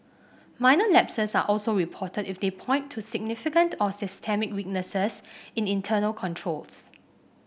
minor lapses are also reported if they point to significant or systemic weaknesses in internal controls